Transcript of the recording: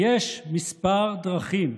יש כמה דרכים.